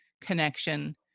connection